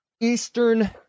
Eastern